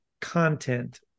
content